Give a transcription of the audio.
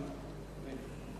השאלה,